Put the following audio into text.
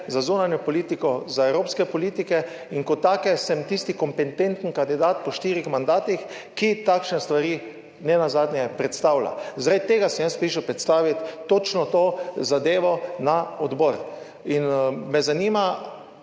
za zunanjo politiko za evropske politike in kot take sem tisti kompetenten kandidat po štirih mandatih, ki takšne stvari ne nazadnje predstavlja, zaradi tega sem jaz prišel predstaviti, točno to zadevo na odbor. In me zanima